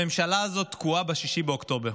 הממשלה הזאת תקועה ב-6 באוקטובר.